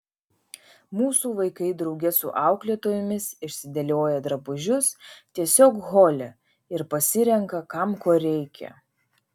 mūsų vaikai drauge su auklėtojomis išsidėlioja drabužius tiesiog hole ir pasirenka kam ko reikia